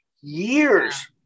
years